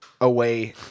away